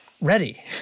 ready